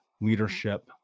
leadership